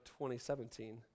2017